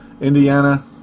Indiana